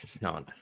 No